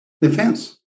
defense